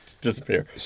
Disappear